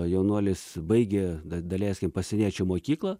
jaunuolis baigė daleiskim pasieniečių mokyklą